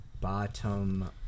bottom